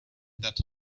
that